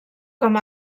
com